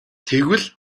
тэгвэл